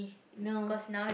no